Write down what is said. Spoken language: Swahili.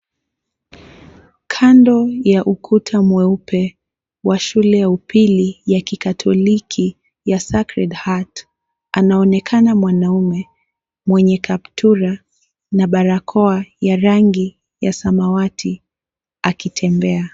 Kando ya ukuta mweupe wa shule ya upili ya kikatoliki ya Sacred Heart, anaonekana mwanamume mwenye kaptura na barakoa ya rangi ya samawati akitembea.